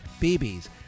BB's